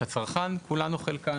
כולן או חלקן: